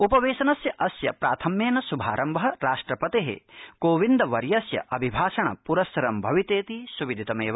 उपवेशनस्यास्य प्राथम्येन श्भारम्भः राष्ट्रपतेः कोविन्दवर्यस्य अभिभाषणपुरस्सर भवितेति सुविदितमेव